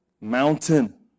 mountain